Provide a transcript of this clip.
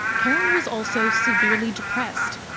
karen was also severely depressed.